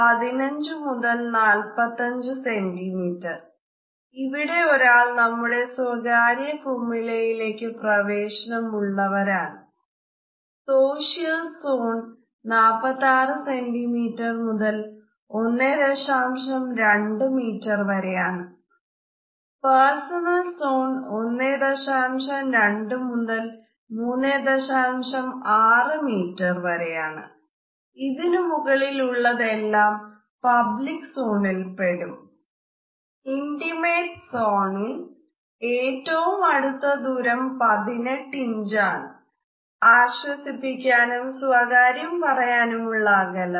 intimate സോണിൽ ഏറ്റവും അടുത്ത ദൂരം 18 ഇഞ്ച് ആണ് ആശ്വസിപ്പിക്കാനും സ്വകാര്യം പറയാനും ഉള്ള അകലം